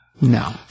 No